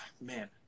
man